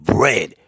Bread